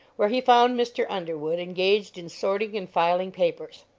where he found mr. underwood engaged in sorting and filing papers.